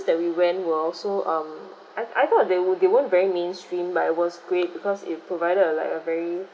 that we went were also um I I thought they wer~ weren't very mainstream but it was great because it provided a like a very